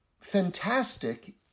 fantastic